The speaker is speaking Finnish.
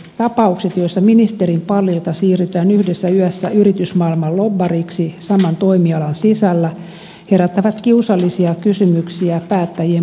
tapaukset joissa ministerinpallilta siirrytään yhdessä yössä yritysmaailman lobbariksi saman toimialan sisällä herättävät kiusallisia kysymyksiä päättäjien puolueettomuudesta